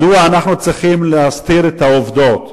מדוע אנחנו צריכים להסתיר את העובדות?